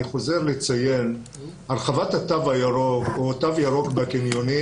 אני חוזר לציין שהרחבת התו הירוק או תו ירוק בקניונים